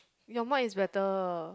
your mic is better